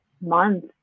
month